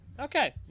Okay